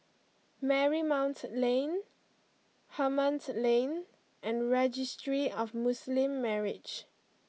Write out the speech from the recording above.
Marymount Lane Hemmant Lane and Registry of Muslim Marriages